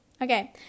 okay